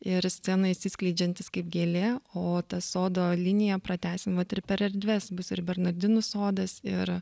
ir scenoj išsiskleidžiantis kaip gėlė o tą sodo liniją pratęsim vat ir per erdves bus ir bernardinų sodas ir